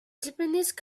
japanese